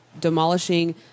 demolishing